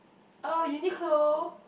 oh Uniqlo